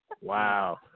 Wow